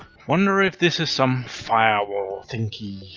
wonder if this is some firewall thingy?